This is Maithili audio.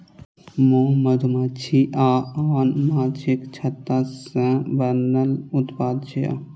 मोम मधुमाछी आ आन माछीक छत्ता सं बनल उत्पाद छियै